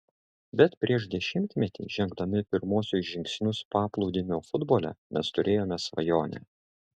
bet prieš dešimtmetį žengdami pirmuosius žingsnius paplūdimio futbole mes turėjome svajonę